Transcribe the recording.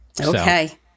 Okay